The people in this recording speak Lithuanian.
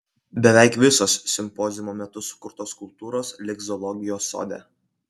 beveik visos simpoziumo metu sukurtos skulptūros liks zoologijos sode